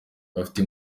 bafite